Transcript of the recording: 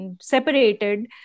separated